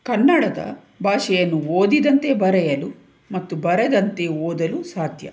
ಕನ್ನಡದ ಭಾಷೆಯನ್ನು ಓದಿದಂತೆ ಬರೆಯಲು ಮತ್ತು ಬರೆದಂತೆ ಓದಲು ಸಾಧ್ಯ